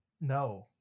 No